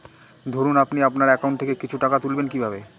ধরুন আপনি আপনার একাউন্ট থেকে কিছু টাকা তুলবেন কিভাবে?